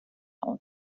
aus